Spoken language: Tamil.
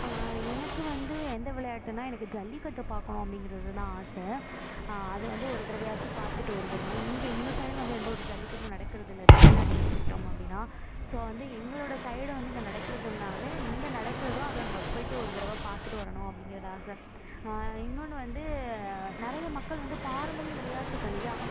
எனக்கு வந்து எந்த விளையாட்டுனால் எனக்கு ஜல்லிக்கட்டு பார்க்கணும் அப்படிங்கிறது தான் ஆசை அதை வந்து ஒரு தடவையாச்சும் பார்த்துட்டு வந்துடணும் இங்கே இந்த சைடு வந்து எந்த ஒரு ஜல்லிக்கட்டும் நடக்கிறது இல்லை தமிழ்நாட்டை எடுத்துகிட்டோம் அப்படினா ஸோ வந்து எங்களோட சைடு வந்து இங்கே நடக்கிறது இல்லைனால எங்கே நடக்கிறதோ அங்கங்கே போயிட்டு ஒரு தடவ பார்த்துட்டு வரணும் அப்படிங்கிறது ஆசை இன்னொன்று வந்து நிறைய மக்கள் வந்து பாரம்பரிய விளையாட்டுகள் யா